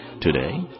today